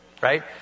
Right